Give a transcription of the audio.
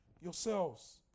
Yourselves